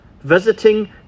visiting